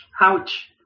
ouch